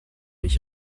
ich